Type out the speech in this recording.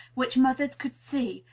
which mothers could see,